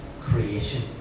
creation